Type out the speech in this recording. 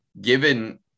given